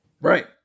Right